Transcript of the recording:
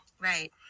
Right